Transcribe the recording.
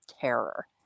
terror